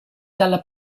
dalla